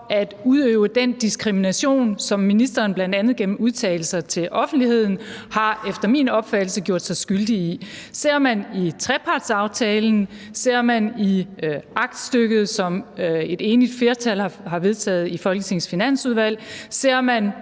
at udøve den diskrimination, som ministeren bl.a. gennem udtalelser til offentligheden efter min opfattelse har gjort sig skyldig i. Ser man i trepartsaftalen, ser man i aktstykket, som et enigt flertal har vedtaget i Folketingets